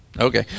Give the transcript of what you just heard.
Okay